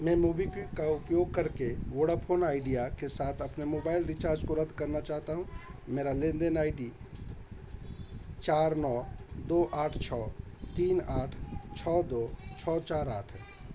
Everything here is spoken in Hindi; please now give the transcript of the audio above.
मैं मोबिक्विक का उपयोग करके वोडाफ़ोन आइडिया के साथ अपने मोबाइल रिचार्ज को रद्द करना चाहता हूँ मेरी लेनदेन आई डी चार नौ दो आठ छह तीन आठ छह दो छह चार आठ है